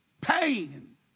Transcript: pain